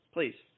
Please